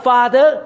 Father